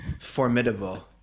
formidable